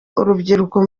urubyiruko